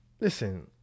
Listen